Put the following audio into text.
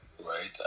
right